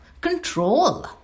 control